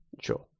Sure